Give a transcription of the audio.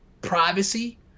privacy